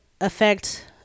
affect